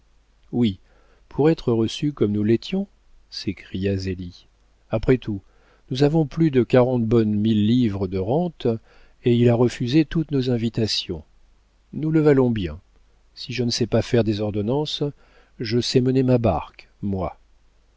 oui pour être reçus comme nous l'étions s'écria zélie après tout nous avons plus de quarante bonnes mille livres de rentes et il a refusé toutes nos invitations nous le valons bien si je ne sais pas faire des ordonnances je sais mener ma barque moi